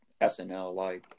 SNL-like